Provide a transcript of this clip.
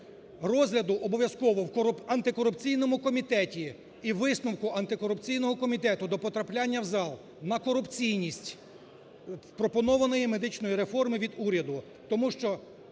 розгляду обов'язково в антикорупційному комітеті і висновку антикорупційного комітету до потрапляння в зал на корупційність пропонованої медичної реформи від уряду.